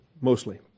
mostly